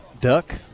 duck